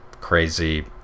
crazy